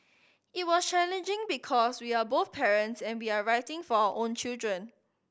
it was challenging because we are both parents and we are writing for our own children